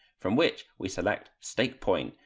from which we select stake point,